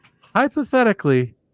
hypothetically